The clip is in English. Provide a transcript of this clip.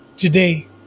Today